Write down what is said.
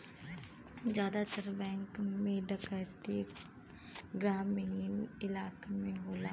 जादातर बैंक में डैकैती ग्रामीन इलाकन में होला